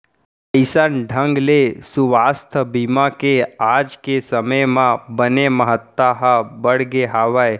अइसन ढंग ले सुवास्थ बीमा के आज के समे म बने महत्ता ह बढ़गे हावय